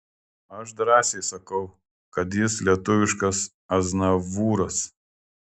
aš drąsiai sakau kad jis lietuviškas aznavūras